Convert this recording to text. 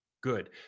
good